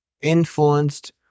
influenced